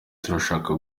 turashaka